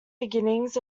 beginnings